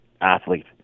athlete